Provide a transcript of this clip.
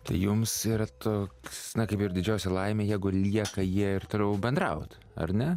tai jums yra toks na kaip ir didžiausia laimė jeigu lieka jie ir toliau bendraut ar ne